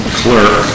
clerk